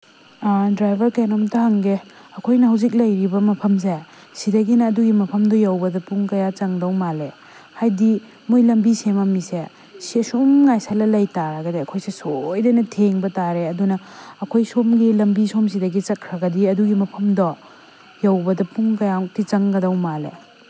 driver ꯀꯩꯅꯣꯝꯇ ꯍꯪꯒꯦ ꯑꯩꯈꯣꯏꯅ ꯍꯧꯖꯤꯛ ꯂꯩꯔꯤꯕ ꯃꯐꯝꯁꯦ ꯁꯤꯗꯒꯤꯅ ꯑꯗꯨꯒꯤ ꯃꯐꯝꯗꯨ ꯌꯧꯕꯗ ꯄꯨꯡ ꯀꯌꯥ ꯆꯪꯗꯧ ꯃꯥꯜꯂꯤ ꯍꯥꯏꯗꯤ ꯃꯣꯏ ꯂꯝꯕꯤ ꯁꯦꯝꯃꯝꯃꯤꯁꯦ ꯁꯤ ꯁꯨꯝ ꯉꯥꯏꯁꯤꯜꯂꯒ ꯂꯩ ꯇꯥꯔꯒꯗꯤ ꯑꯩꯈꯣꯏꯁꯦ ꯁꯣꯏꯗꯅ ꯊꯦꯡꯕ ꯇꯥꯔꯦ ꯑꯗꯨꯅ ꯑꯩꯈꯣꯏ ꯁꯣꯝꯒꯤ ꯂꯝꯕꯤ ꯁꯣꯝꯁꯤꯗꯒꯤ ꯆꯠꯈ꯭ꯔꯒꯗꯤ ꯑꯗꯨꯒꯤ ꯃꯐꯝꯗꯣ ꯌꯧꯕꯗ ꯄꯨꯡ ꯀꯌꯥꯃꯨꯛꯇꯤ ꯆꯪꯒꯗꯧ ꯃꯥꯜꯂꯤ